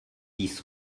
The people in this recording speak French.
dix